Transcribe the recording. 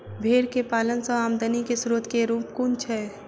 भेंर केँ पालन सँ आमदनी केँ स्रोत केँ रूप कुन छैय?